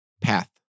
path